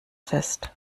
fest